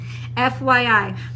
FYI